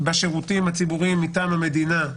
בשירותים הציבוריים מטעם המדינה,